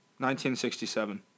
1967